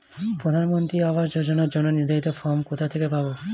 প্রধানমন্ত্রী আবাস যোজনার জন্য নির্ধারিত ফরম কোথা থেকে পাব?